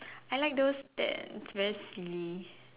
I like those that it's wear sleeve